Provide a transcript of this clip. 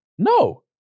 No